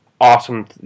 awesome